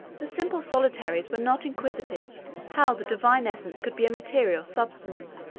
the simple solitaries were not inquisitive how the divine essence could be a material substance,